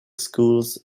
schools